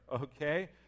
okay